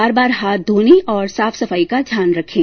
बार बार हाथ धाने और साफ सफाई का ध्यान रखें